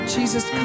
Jesus